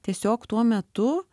tiesiog tuo metu